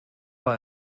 war